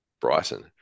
Brighton